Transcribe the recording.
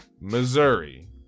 Missouri